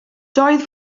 doedd